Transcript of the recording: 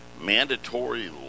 mandatory